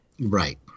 Right